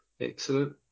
Excellent